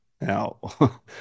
Now